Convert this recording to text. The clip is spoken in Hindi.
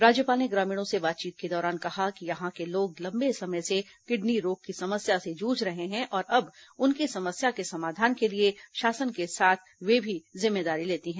राज्यपाल ने ग्रामीणों से बातचीत के दौरान कहा कि यहां के लोग लंबे समय से किडनी रोग की समस्या से जूझ रहे हैं और अब उनकी समस्या के समाधान के लिए शासन के साथ वे भी जिम्मेदारी लेती है